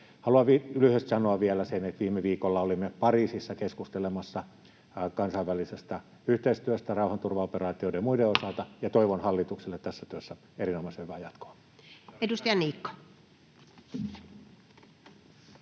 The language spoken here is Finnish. Haluan lyhyesti sanoa vielä sen, että viime viikolla olimme Pariisissa keskustelemassa kansainvälisestä yhteistyöstä rauhanturvaoperaatioiden ja muiden osalta, ja toivon hallitukselle tässä työssä erinomaisen hyvää jatkoa. [Speech 121]